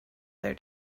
their